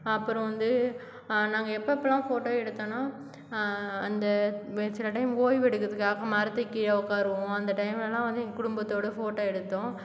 அப்புறம் வந்து நாங்கள் எப்போ எப்பெலாம் போட்டோ எடுத்தோம்னால் அந்த சில டைம் ஓய்வு எடுக்கிறதுக்காக மரத்துக்கு கீழே உட்காருவோம் அந்த டைம்லெலாம் வந்து எங்கள் குடும்பத்தோடு போட்டோ எடுத்தோம்